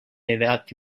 edat